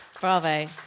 Bravo